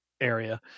area